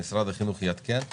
משרד החינוך יעדכן בהמשך,